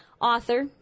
author